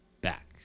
back